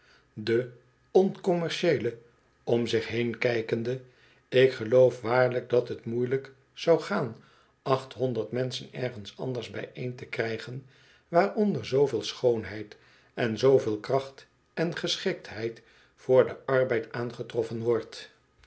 de oncommercieele om zich heen kijkende ik geloof waarlijk dat t moeielljk zou gaan achthonderd menschen ergens anders byeen te krijgen waaronder zooveel schoonheid en zooveel kracht en geschiktheid voor den arbeid aangetroffen wordt